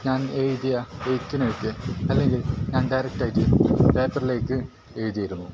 ഞാൻ എഴുതിയ എഴുത്തിനൊക്കെ അല്ലെങ്കിൽ ഞാൻ ഡയറക്റ്റായിട്ട് പേപ്പറിലേക്ക് എഴുതിയിരുന്നു